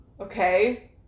Okay